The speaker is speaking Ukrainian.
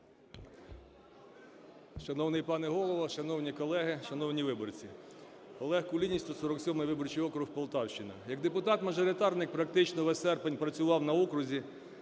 Шановний пане Голово, шановні колеги, шановні виборці! Олег Кулініч, 147 виборчий округ. Полтавщина. Як депутат-мажоритарник практично весь серпень працював на окрузі.